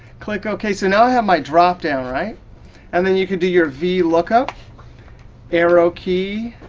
click ok. so now i have my drop-down, right and then you can do your vlookup arrow key